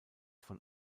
von